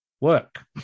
work